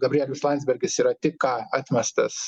gabrielius landsbergis yra tik ką atmestas